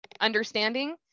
understanding